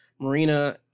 Marina